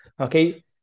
Okay